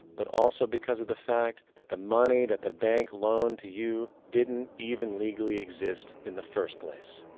but, also because of the fact that the money that the bank loaned to you didn't even legally exist in the first place.